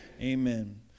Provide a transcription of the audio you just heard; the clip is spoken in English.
Amen